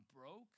broke